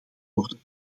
worden